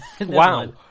Wow